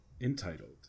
entitled